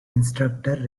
instructor